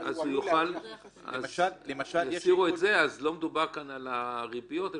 אז לא מדובר כאן על הריביות,